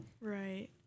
Right